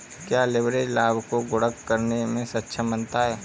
क्या लिवरेज लाभ को गुणक करने में सक्षम बनाता है?